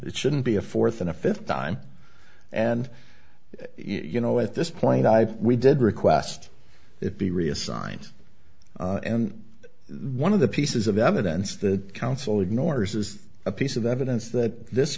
it shouldn't be a fourth and a fifth time and you know at this point i we did request it be reassigned and the one of the pieces of evidence the council ignores is a piece of evidence that this